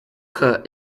cut